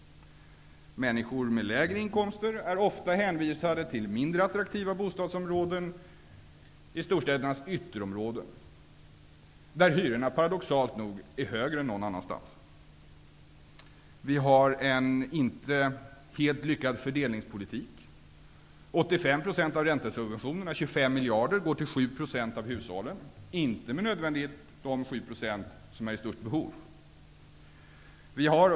Människor med låga inkomster är ofta hänvisade till mindre attraktiva bostadsområden i storstädernas ytterområden, där hyrorna paradoxalt nog är högre än någon annanstans. Vi har en inte helt lyckad fördelningspolitik. 85 % av räntesubventionerna, 25 miljarder, går till 7 % av hushållen, inte med nödvändighet till de 7 % som har det största behovet.